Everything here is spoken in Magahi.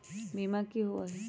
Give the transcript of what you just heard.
बीमा की होअ हई?